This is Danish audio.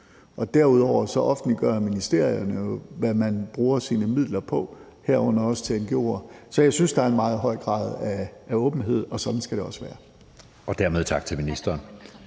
Derudover offentliggør ministerierne jo, hvad man bruger sine midler på, herunder også ngo'er. Så jeg synes, at der er en meget høj grad af åbenhed, og sådan skal det også være. Kl. 12:37 Anden